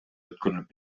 өткөрүлүп